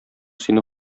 сине